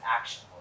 action